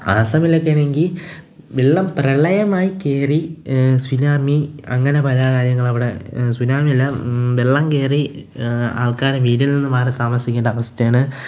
ആസമിലൊക്കേണെങ്കില് വെള്ളം പ്രളയമായി കയറി സുനാമി അങ്ങനെ പല കാര്യങ്ങളും അവിടെ സുനാമിയല്ല വെള്ളം കയറി ആൾക്കാര് വീടിൽ നിന്ന് മാറി താമസിക്കേണ്ട അവസ്ഥയാണ്